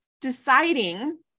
deciding